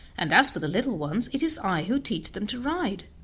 and as for the little ones it is i who teach them to ride.